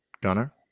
Gunner